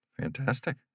Fantastic